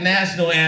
National